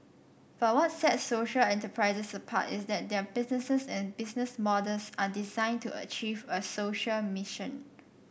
but what sets social enterprises apart is that their businesses and business models are designed to achieve a social mission